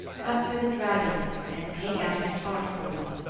cut through the dragon and take out his heart for me.